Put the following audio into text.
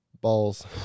Balls